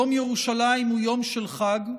יום ירושלים הוא יום של חג,